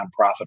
nonprofit